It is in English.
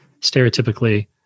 stereotypically